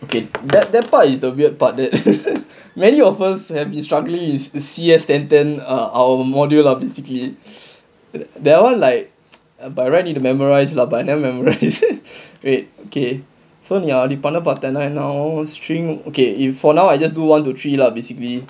okay that that part is the weird part that many of us shave been struggling in cs ah our module lah basically they're all like by right need to memorise lah but I never memorise wait okay நீ பண்ண பார்த்தேனா என்ன ஆகும்:nee panna paarthaenaa enna aagum string okay if for now I just do one to three lah basically